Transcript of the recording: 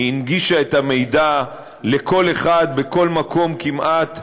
היא הנגישה את המידע לכל אחד בכל מקום כמעט,